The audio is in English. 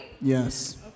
Yes